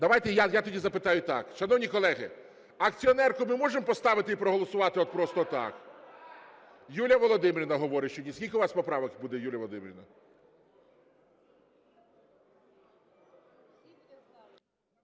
Давайте, я тоді запитаю так. Шановні колеги, "акціонерку" ми можемо поставити і проголосувати, от просто так? Юлія Володимирівна говорить, що ні. Скільки у вас поправок буде, Юлія Володимирівна?